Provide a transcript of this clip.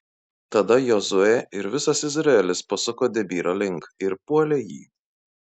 tada jozuė ir visas izraelis pasuko debyro link ir puolė jį